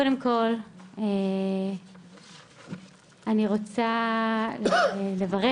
קודם כל אני רוצה לברך